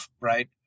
right